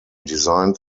designed